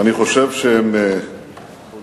ואני חושב שהם חשובים.